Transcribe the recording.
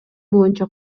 боюнча